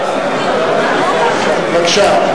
בבקשה.